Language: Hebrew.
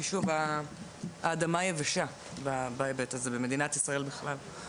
כי האדמה יבשה בהיבט הזה במדינת ישראל בכלל.